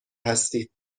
هستید